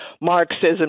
Marxism